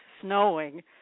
snowing